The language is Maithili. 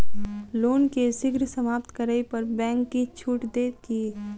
लोन केँ शीघ्र समाप्त करै पर बैंक किछ छुट देत की